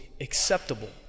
Acceptable